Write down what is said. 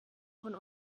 von